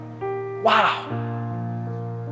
Wow